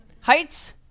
Heights